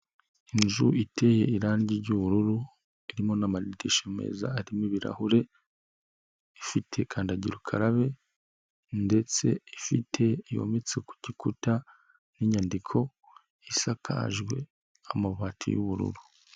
Inzu iteye irangi ry'ubururu, irimo n'amadishya meza arimo ibirahure, ifite kandagira ukarabe, ndetse ifite, yometse ku gikuta n'inyandiko, isakajwe n'amabati y'ubururu.